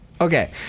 Okay